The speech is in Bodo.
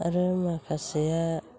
आरो माखासेया